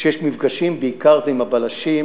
כשיש מפגשים בעיקר זה עם הבלשים,